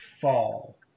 fall